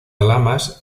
lamas